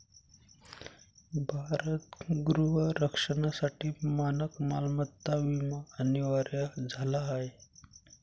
भारत गृह रक्षणासाठी मानक मालमत्ता विमा अनिवार्य झाला आहे